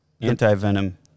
anti-venom